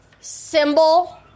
symbol